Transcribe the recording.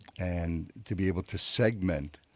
and to be able to segment